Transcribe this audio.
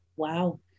Wow